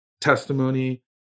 testimony